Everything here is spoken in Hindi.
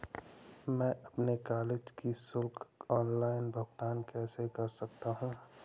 मैं अपने कॉलेज की शुल्क का ऑनलाइन भुगतान कैसे कर सकता हूँ?